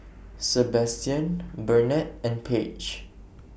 Sebastian Burnett and Paige